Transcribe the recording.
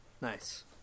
Nice